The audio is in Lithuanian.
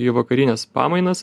į vakarines pamainas